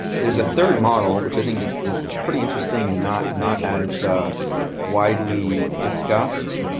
there's a third model which i think is is pretty interesting and not not as ah widely discussed,